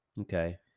Okay